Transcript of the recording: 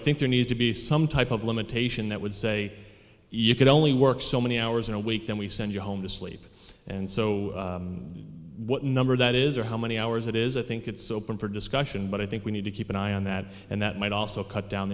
think there needs to be some type of limitation that would say you can only work so many hours in a week then we send you home to sleep and so what number that is or how many hours it is i think it's open for discussion but i think we need to keep an eye on that and that might also cut down